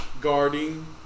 guarding